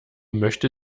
möchte